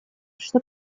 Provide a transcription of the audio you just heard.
что